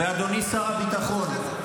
ואדוני שר הביטחון,